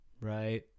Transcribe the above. right